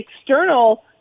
external